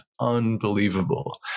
unbelievable